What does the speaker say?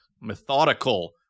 methodical